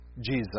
Jesus